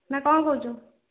ନା କ'ଣ କହୁଛୁ